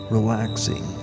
relaxing